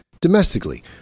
domestically